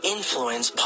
Influence